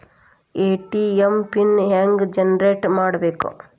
ATM pin ಹೆಂಗ್ generate ಮಾಡಬೇಕು?